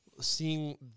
seeing